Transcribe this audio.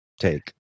Take